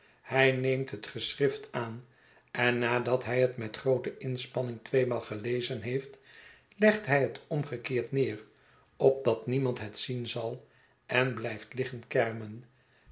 hij neemt het geschrift aan en nadat hij het met groote inspanning tweemaal gelezen heeft legt hij het omgekeerd neer opdat niemand het zien zal en blijft liggen kermen